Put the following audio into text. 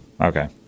Okay